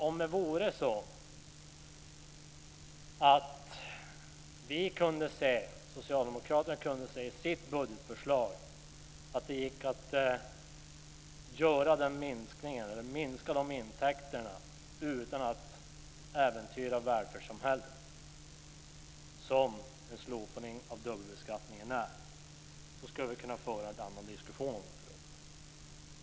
Om det vore så att vi socialdemokrater kunde se i vårt budgetförslag att det gick att minska intäkterna utan att äventyra välfärdssamhället, som en slopning av dubbelbeskattningen innebär, skulle vi kunna föra en annan diskussion om de frågorna.